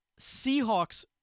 Seahawks